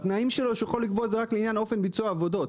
התנאים שלו שהוא יכול לקבוע זה רק לעניין אופן ביצוע העבודות.